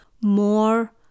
more